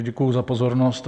Děkuji za pozornost.